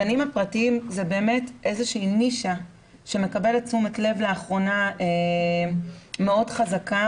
הגנים הפרטיים הם נישה שמקבלת תשומת לב לאחרונה מאוד חזקה,